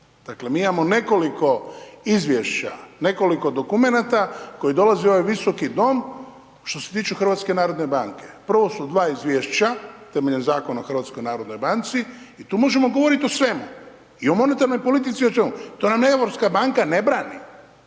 Dakle, mi imamo nekoliko izvješća, nekoliko dokumenata, koji dolazi u ovaj visoki dom, što se tiče HNB-a. Prvo su dva izvješća, temeljem Zakon o HNB-u i tu možemo govoriti o svemu. I o monetarnoj politici i o svemu. To nam europska banka ne brani.